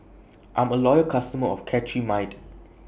I'm A Loyal customer of Cetrimide